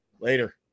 Later